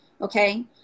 Okay